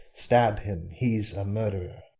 stab him he's a murderer.